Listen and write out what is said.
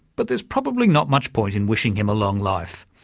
but there's probably not much point in wishing him a long life!